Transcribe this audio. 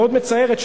מאוד מצערת,